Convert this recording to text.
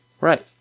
right